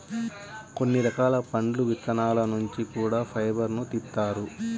కొన్ని రకాల పండు విత్తనాల నుంచి కూడా ఫైబర్ను తీత్తారు